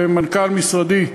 ומנכ"ל משרדי,